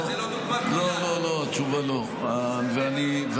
אה, זו לא דוגמה קבילה, אתה אומר.